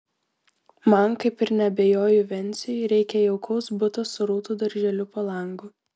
man kaip ir neabejoju venciui reikia jaukaus buto su rūtų darželiu po langu